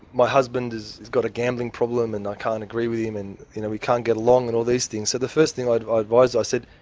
my husband has got a gambling problem and i can't agree with him, and you know we can't get along', and all these things. so the first thing i advised, i said,